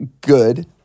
good